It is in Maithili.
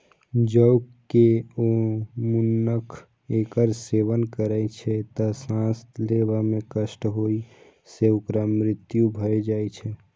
जौं केओ मनुक्ख एकर सेवन करै छै, तं सांस लेबा मे कष्ट होइ सं ओकर मृत्यु भए जाइ छै